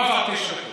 לא עברו תשע דקות.